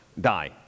die